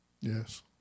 Yes